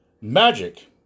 magic